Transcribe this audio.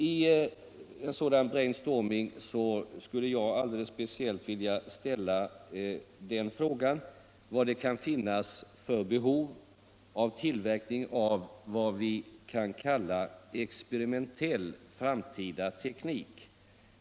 I en sådan brainstormning skulle jag alldeles speciellt vilja ställa frågan, vad det kan finnas för behov av tillverkning av vad vi kan kalla experimentell framtida teknik.